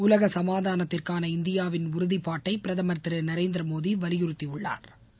உலக சமாதானத்திற்காள இந்தியாவின் உறுதிப்பாட்டை பிரதமா் திரு நரேந்திரமோடி வலியுறுத்தியுள்ளாா்